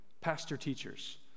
pastor-teachers